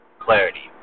Clarity